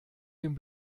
dem